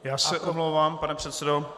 Já se omlouvám, pane předsedo.